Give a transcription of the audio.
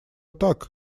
так